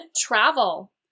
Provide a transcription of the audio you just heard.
travel